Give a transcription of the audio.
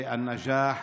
בא-נג'אח